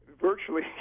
virtually